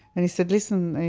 and he said, listen,